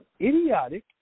idiotic